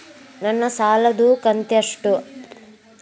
ನನ್ನ ಸಾಲದು ಕಂತ್ಯಷ್ಟು?